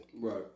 Right